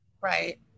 Right